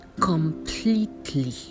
completely